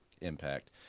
impact